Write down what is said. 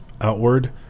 outward